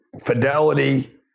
Fidelity